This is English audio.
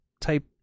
type